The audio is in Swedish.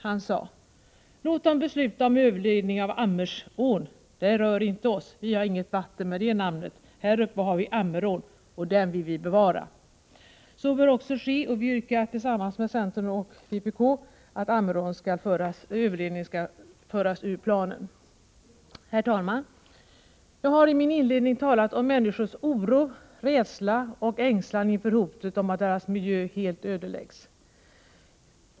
Han sade: Låt dem besluta om överledning av Ammersån, det rör inte oss, vi har inget vatten med det namnet. Häruppe har vi Ammerån, och den önskar vi bevara. Så bör också ske. Vi yrkar tillsammans med centern och vpk att Ammeråns överledning skall föras ur planen. Herr talman! Jag har i min inledning talat om människors oro, rädsla och ängslan inför hotet om att deras miljö helt ödeläggs.